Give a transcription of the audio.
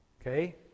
Okay